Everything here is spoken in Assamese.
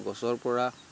গছৰপৰা